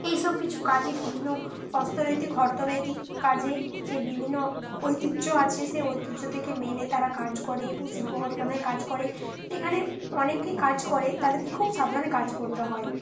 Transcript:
এই সব কিছু কাজই বিভিন্ন অস্তনৈতিক হরতনৈতিক কাজে যে বিভিন্ন ঐতিহ্য আছে সে ঐতিহ্য দেখে মেনে তারা কাজ করে এবং শিল্প কারখানায় কাজ করে সেখানে অনেকেই কাজ করে তাদেরকে খুব সাবধানে কাজ করতে হয়